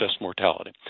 mortality